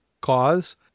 cause